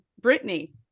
Brittany